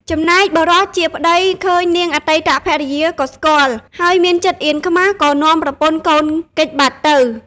ចំណែកបុរសជាប្តីឃើញនាងអតីតភរិយាក៏ស្គាល់ ហើយមានចិត្តអៀនខ្មាស់ក៏នាំប្រពន្ធកូនគេចបាត់ទៅ។